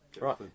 Right